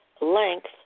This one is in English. length